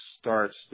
starts